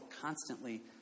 constantly